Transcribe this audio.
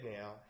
now